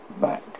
back